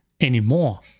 anymore